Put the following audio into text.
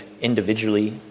individually